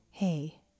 Hey